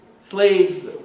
Slaves